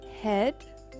Head